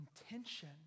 intention